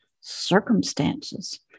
circumstances